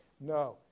No